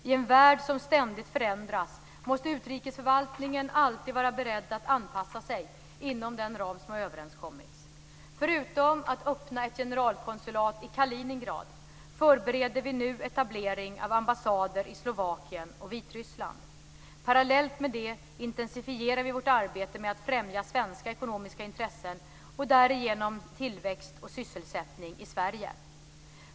I en värld som ständigt förändras måste utrikesförvaltningen alltid vara beredd att anpassa sig inom den ram som har överenskommits. Förutom att öppna ett generalkonsulat i Kaliningrad förbereder vi nu etablering av ambassader i Slovakien och Vitryssland. Parallellt med det intensifierar vi vårt arbete med att främja svenska ekonomiska intressen, och därigenom tillväxt och sysselsättning i Sverige.